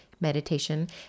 meditation